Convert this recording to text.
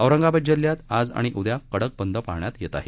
औरंगाबाद जिल्ह्यात आज आणि उद्या कडक बंद पाळण्यात येत आहे